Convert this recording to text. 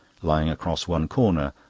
lying across one corner,